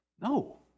No